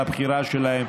על הבחירה שלהם,